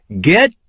Get